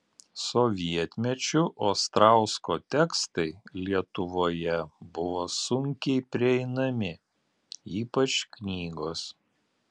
sovietmečiu ostrausko tekstai lietuvoje buvo sunkiai prieinami ypač knygos